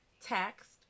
text